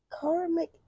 karmic